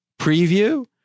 preview